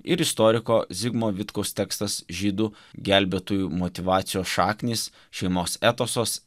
ir istoriko zigmo vitkaus tekstas žydų gelbėtojų motyvacijos šaknys šeimos etosas